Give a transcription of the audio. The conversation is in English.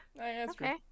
Okay